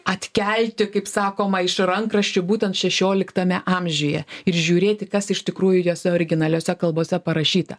atkelti kaip sakoma iš rankraščių būtent šešioliktame amžiuje ir žiūrėti kas iš tikrųjų juose originaliose kalbose parašyta